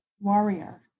Warrior